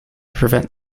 prevent